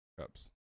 cups